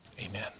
amen